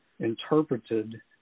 interpreted